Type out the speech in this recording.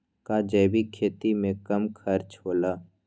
का जैविक खेती में कम खर्च होला?